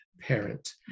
parent